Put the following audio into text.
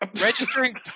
Registering